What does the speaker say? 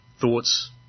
thoughts